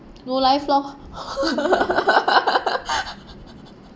no life lor